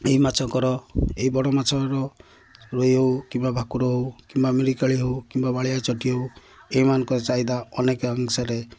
ଏହି ମାଛଙ୍କର ଏଇ ବଡ଼ ମାଛର ରୋହି ହଉ କିମ୍ବା ଭାକୁର ହଉ କିମ୍ବା ମିରିକାଳି ହଉ କିମ୍ବା ବାଳିଆ ଚଟି ହଉ ଏଇମାନଙ୍କର ଚାହିଦା ଅନେକ ଅଂଶରେ